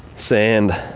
sand,